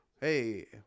Hey